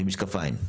ועם משקפיים.